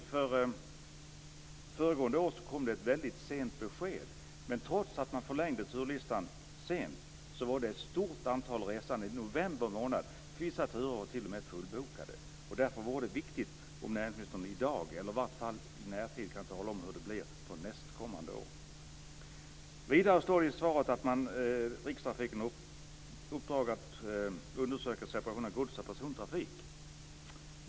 Föregående år kom besked väldigt sent. Trots att turlistan förlängdes sent var det ett stort antal resande i november månad. Vissa turer var t.o.m. fullbokade. Därför är det viktigt att näringsministern i dag, eller i varje fall i närtid, kan tala om hur det blir för nästkommande år. Vidare står det i svaret att Rikstrafiken har fått i uppdrag att analysera effekterna av en separation av gods och persontrafiken.